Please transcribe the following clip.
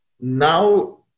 Now